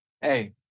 Hey